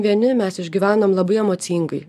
vieni mes išgyvenam labai emocingai